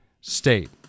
State